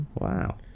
Wow